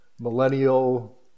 millennial